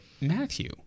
Matthew